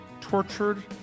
tortured